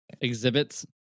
exhibits